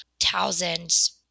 thousands